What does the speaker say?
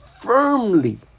firmly